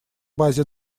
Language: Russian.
базе